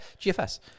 GFS